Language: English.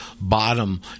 bottom